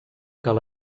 cal